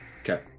Okay